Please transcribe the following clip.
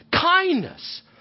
Kindness